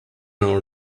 hour